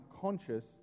conscious